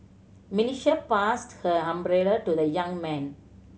Melissa passed her umbrella to the young man